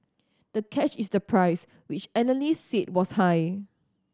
the catch is the price which analysts seed was high